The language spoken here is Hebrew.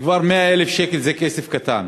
100,000 שקל זה כבר כסף קטן,